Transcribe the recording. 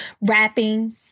rapping